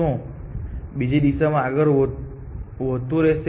શું તે બીજી દિશામાં આગળ વધતું રહેશે